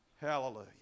Hallelujah